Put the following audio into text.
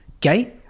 gate